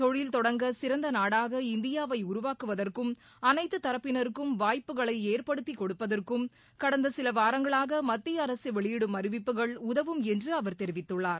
தொழில் தொடங்க சிறந்த நாடாக இந்தியாவை உருவாக்குவதற்கும் அனைத்து தரப்பினருக்கும் வாய்ப்புகளை ஏற்படுத்தி கொடுப்பதற்கும் கடந்த சில வாரங்களாக மத்திய அரசு வெளியிடும் அறிவிப்புகள் உதவும் என்று அவர் தெரிவித்துள்ளார்